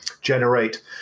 generate